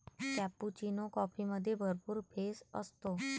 cappuccino कॉफीमध्ये भरपूर फेस असतो